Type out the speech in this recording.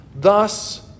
Thus